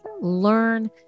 learn